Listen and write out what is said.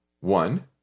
one